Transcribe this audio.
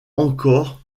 encore